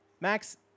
Max